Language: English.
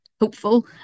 hopeful